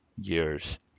years